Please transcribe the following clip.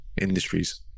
industries